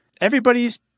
everybody's